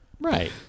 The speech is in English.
right